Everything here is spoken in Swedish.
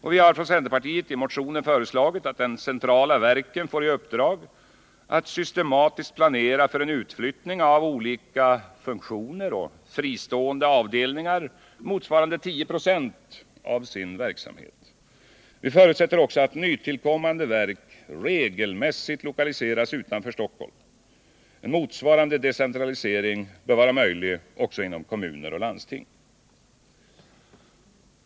Centern har i motioner föreslagit att de centrala verken får i uppdrag att systematiskt planera för en utflyttning av olika funktioner och fristående avdelningar motsvarande 10 96 av verksamheten. Vi förutsätter också att nytillkommande verk regelmässigt lokaliseras utanför Stockholm. En motsvarande decentralisering bör vara möjlig även inom kommuner och landsting.